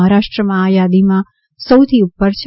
મહારાષ્ટ્રમાં આ યાદીમાં સૌથી ઉપર છે